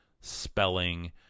spelling